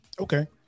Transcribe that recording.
okay